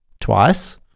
twice